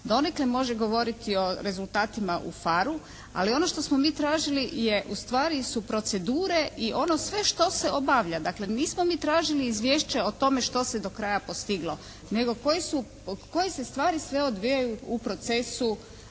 donekle može govoriti o rezultatima U PHARE-u. Ali ono što smo mi tražili je ustvari su procedure i ono sve što se obavlja. Dakle nismo mi tražili izvješće o tome što se je do kraja postiglo, nego koji se stvari sve odvijaju u procesu